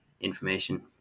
information